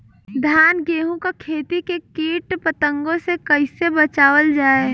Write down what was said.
धान गेहूँक खेती के कीट पतंगों से कइसे बचावल जाए?